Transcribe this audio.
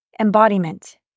embodiment